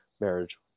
marriage